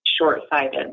short-sighted